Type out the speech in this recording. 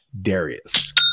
Darius